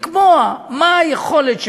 לקבוע מה היכולת שלו,